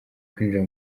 kwinjira